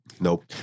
Nope